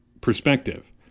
perspective